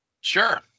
sure